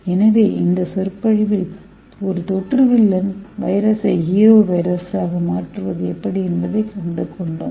எனவே இந்த சொற்பொழிவில் ஒரு தொற்று வில்லன் வைரஸை ஹீரோ வைரஸாக மாற்றுவது எப்படி என்பதைக் கற்றுக்கொண்டோம்